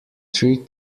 three